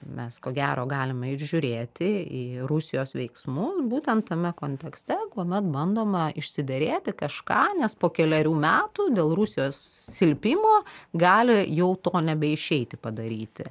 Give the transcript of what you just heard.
mes ko gero galima ir žiūrėti į rusijos veiksmus būtent tame kontekste kuomet bandoma išsiderėti kažką nes po kelerių metų dėl rusijos silpimo gali jau to nebeišeiti padaryti